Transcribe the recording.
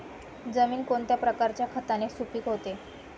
जमीन कोणत्या प्रकारच्या खताने सुपिक होते?